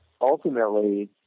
ultimately